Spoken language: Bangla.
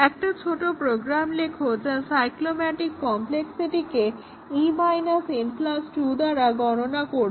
একটা ছোট প্রোগ্রাম লেখো যা সাইক্লোম্যাটিক কম্প্লেক্সিটিকে e n 2 দ্বারা গণনা করবে